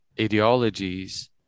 ideologies